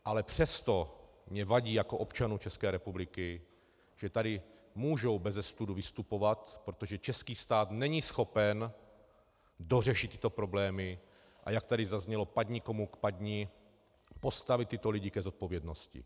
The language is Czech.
Ale přesto mně vadí jako občanu ČR, že tady můžou beze studu vystupovat, protože český stát není schopen dořešit tyto problémy, a jak tady zaznělo, padni komu padni, postavit tyto lidi k zodpovědnosti.